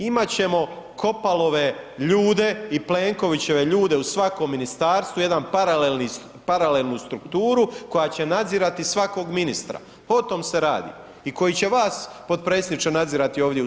Imat ćemo Kopalove ljude i Plenkovićeve ljude u svakom ministarstvu, jednu paralelnu strukturu koja će nadzirati svakog ministra, o tom se radi i koji će vas potpredsjedniče nadzirati ovdje u HS.